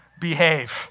behave